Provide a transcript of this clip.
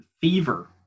fever